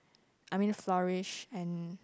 I mean flourish and